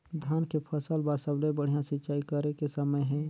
धान के फसल बार सबले बढ़िया सिंचाई करे के समय हे?